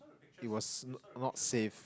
it was not safe